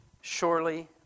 surely